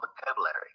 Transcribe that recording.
vocabulary